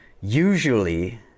usually